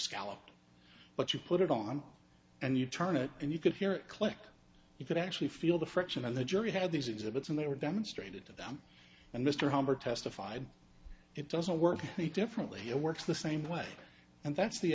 scallop but you put it on and you turn it and you could hear it click you could actually feel the friction and the jury had these exhibits and they were demonstrated to them and mr homer testified it doesn't work any differently it works the same way and that's the